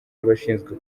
y’abashinzwe